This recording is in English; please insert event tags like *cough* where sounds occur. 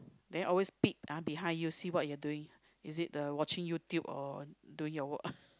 then always peep ah behind you see what you're doing is it the watching YouTube or doing your work *laughs*